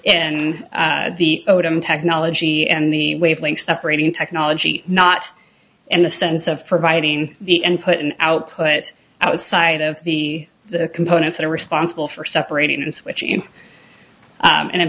and the modem technology and the wavelength separating technology not in a sense of providing the input and output outside of the the components that are responsible for separating the switching and in